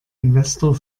investor